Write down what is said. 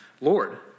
Lord